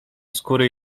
skóry